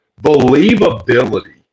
believability